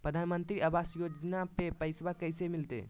प्रधानमंत्री आवास योजना में पैसबा कैसे मिलते?